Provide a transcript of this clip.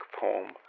poem